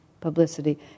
publicity